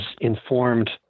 informed